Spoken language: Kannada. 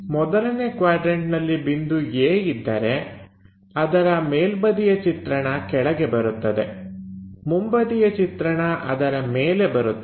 ಮೊದಲನೇ ಕ್ವಾಡ್ರನ್ಟನಲ್ಲಿ ಬಿಂದು A ಇದ್ದರೆ ಅದರ ಮೇಲ್ಬದಿಯ ಚಿತ್ರಣ ಕೆಳಗೆ ಬರುತ್ತದೆ ಮುಂಬದಿಯ ಚಿತ್ರಣ ಅದರ ಮೇಲೆ ಇರುತ್ತದೆ